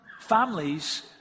families